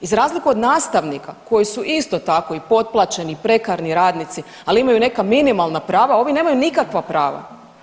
Za razliku od nastavnika koji su isto tako i potplaćeni i prekarni radnici ali imaju nekakva minimalna prava, ovi nemaju nikakva prava.